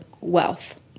wealth